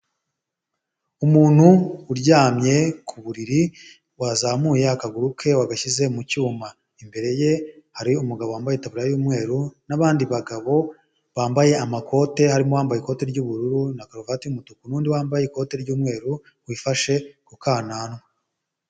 Umuntu uryamye ku buriri wazamuye akaguru ke wagashyize mu cyuma, imbere ye hari umugabo wambaye itaburiya y'umweru n'abandi bagabo bambaye amakote harimo uwambaye ikote ry'ubururu na karuvate y'umutuku n'undi wambaye ikote ry'umweru wifashe ku kananwa.